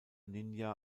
ninja